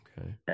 Okay